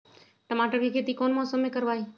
टमाटर की खेती कौन मौसम में करवाई?